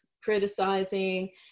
criticizing